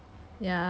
ya